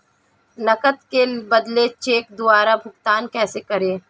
नकद के बदले चेक द्वारा भुगतान कैसे करें?